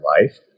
life